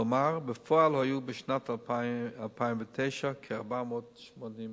כלומר, בפועל היו בשנת 2009 כ-480 מתאבדים.